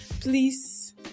please